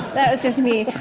that was just me.